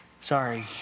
sorry